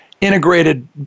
integrated